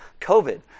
COVID